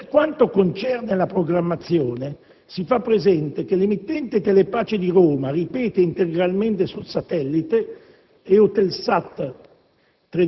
Per quanto concerne la programmazione, si fa presente che l'emittente Telepace di Roma ripete integralmente sul satellite (Eutelsat